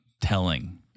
telling